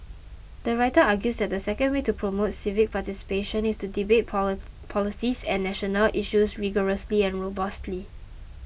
the writer argues that the second way to promote civic participation is to debate polar policies and national issues rigorously and robustly